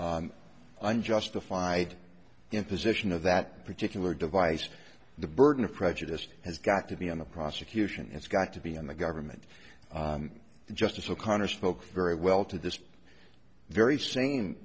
built unjustified imposition of that particular device the burden of prejudice has got to be on the prosecution it's got to be on the government and justice o'connor spoke very well to this very same